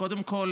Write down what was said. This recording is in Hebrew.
קודם כול,